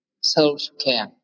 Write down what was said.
self-care